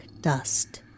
dust